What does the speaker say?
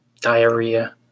diarrhea